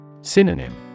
Synonym